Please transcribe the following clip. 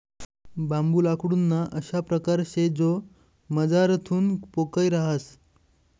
बांबू लाकूडना अशा परकार शे जो मझारथून पोकय रहास